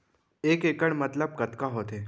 एक इक्कड़ मतलब कतका होथे?